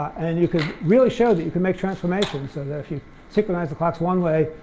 and you could really show that you could make transformations so that if you synchronize the clocks one way,